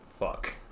fuck